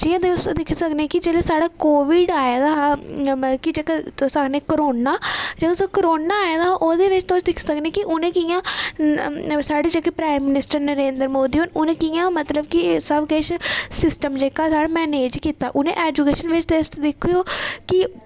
जियां में दिक्खी सकनीं की जियां साढ़ा ओह् कोविड आये दा हा जियां मतलब की जिसी तुस आक्खने कोरोना जदूं कोरोना आये दा हा ओह्दे बिच तुस दिक्खी सकने की उनें कियां साढ़े जेह्के प्राईम मिनीस्टर नरेंद्र मोदी होर उनें कियां सब किश सिस्टम जेह्का साढ़ा मैनेज़ कीता एज़ूकेशनिस्ट गी दिक्खो कि